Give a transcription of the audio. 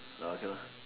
okay lah